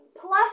Plus